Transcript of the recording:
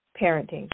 parenting